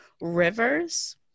Rivers